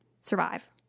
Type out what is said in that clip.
survive